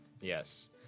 Yes